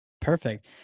perfect